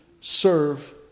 serve